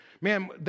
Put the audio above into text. Man